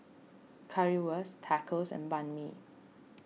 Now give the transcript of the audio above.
Currywurst Tacos and Banh Mi